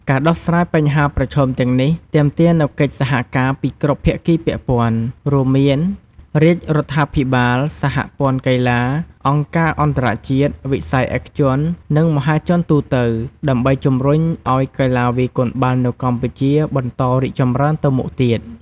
ការដោះស្រាយបញ្ហាប្រឈមទាំងនេះទាមទារនូវកិច្ចសហការពីគ្រប់ភាគីពាក់ព័ន្ធ រួមមានរាជរដ្ឋាភិបាល សហព័ន្ធកីឡា អង្គការអន្តរជាតិ វិស័យឯកជន និងមហាជនទូទៅ ដើម្បីជំរុញឱ្យកីឡាវាយកូនបាល់នៅកម្ពុជាបន្តរីកចម្រើនទៅមុខទៀត។